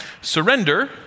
surrender